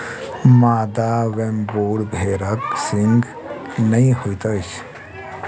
मादा वेम्बूर भेड़क सींघ नै होइत अछि